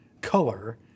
color